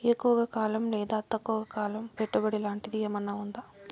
ఎక్కువగా కాలం లేదా తక్కువ కాలం పెట్టుబడి లాంటిది ఏమన్నా ఉందా